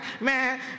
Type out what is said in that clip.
man